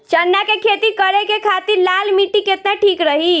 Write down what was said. चना के खेती करे के खातिर लाल मिट्टी केतना ठीक रही?